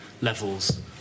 levels